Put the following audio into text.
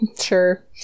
sure